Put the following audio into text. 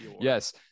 Yes